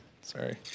Sorry